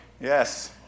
Yes